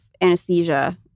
anesthesia